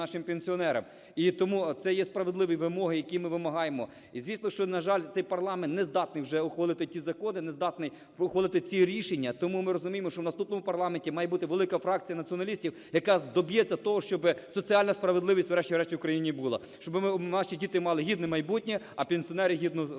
нашим пенсіонерам. І тому це є справедливі вимоги, які ми вимагаємо. І, звісно, що, на жаль, цей парламент не зданий вже ухвалити ті закони, не здатний ухвалити ці рішення, тому ми розуміємо, що в наступному парламенті має бути велика фракція націоналістів, яка доб'ється того, щоби соціальна справедливість, врешті-решт, в Україні була, щоби наші діти мали гідне майбутнє, а пенсіонери гідну старість.